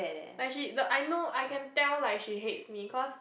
like she the I know I can tell like she hates me cause